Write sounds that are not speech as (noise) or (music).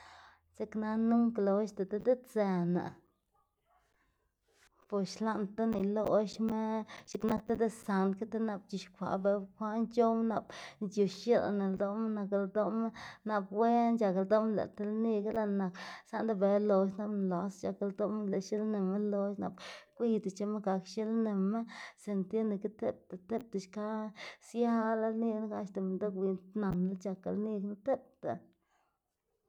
Dzeknana nunk loxda dediꞌtsëná (noise) bo xlaꞌndená iloꞌxma x̱iꞌk nak ti desand ki nak c̲h̲ixkwaꞌ bela bukwaꞌn c̲h̲owma nap xix̱ilna ldoꞌma nak ldoꞌma nap wen c̲h̲ak ldoꞌma lëꞌ ti lniga lëꞌ nak saꞌnde bela lox nap nlas c̲h̲ak ldoꞌma lëꞌ xilnima lox nap gwiydac̲h̲ema gak xnilnima sinda tiene que tipta tipta xka siala lni ga gak axta minndoꞌ win nanla c̲h̲ak lni knu tipta.